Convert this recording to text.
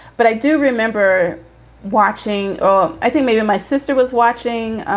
but i do remember watching or i think maybe my sister was watching